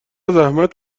زحمت